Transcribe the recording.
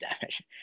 damage